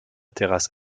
terrasse